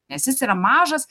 nes jis yra mažas